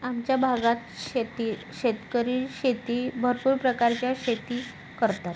आमच्या भागात शेती शेतकरी शेती भरपूर प्रकारच्या शेती करतात